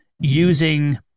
using